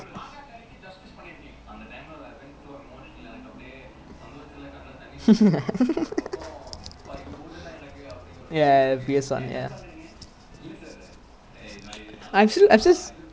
that night is damn funny lah the first they put a meme the first goal second goal third goal each goal better than next I mean sorry each goal better than the previous I mean the korban [one] legit there like legit